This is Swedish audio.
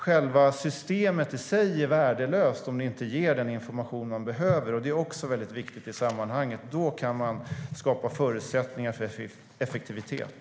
Själva systemet i sig är värdelöst om det inte ger den information man behöver. Det är också väldigt viktigt i sammanhanget. Då kan man skapa förutsättningar för effektivitet.